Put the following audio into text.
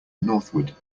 northward